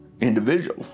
individual